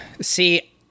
See